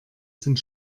sind